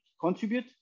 contribute